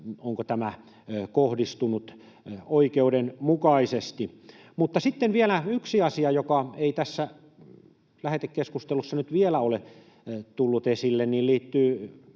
onko tämä kohdistunut oikeudenmukaisesti. Sitten vielä yksi asia, joka ei tässä lähetekeskustelussa nyt vielä ole tullut esille, ja se liittyy